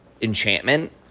enchantment